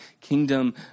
kingdom